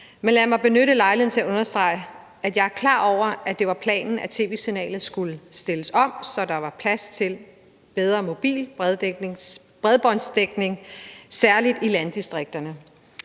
men lad mig benytte lejligheden til at understrege, at jeg er klar over, at det var planen, at tv-signalet skulle stilles om, så der var plads til bedre mobil bredbåndsdækning, særlig i landdistrikterne.